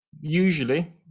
usually